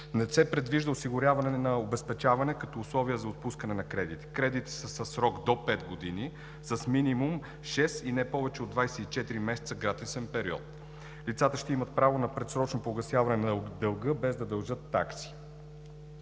се предвижда осигуряване на обезпечаването като условие за отпускане на кредити. Кредите са със срок до пет години – с минимум шест и не повече от 24 месеца гратисен период. Лицата ще имат право на предсрочно погасяване на дълга, без да дължат такси.